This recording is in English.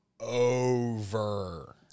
over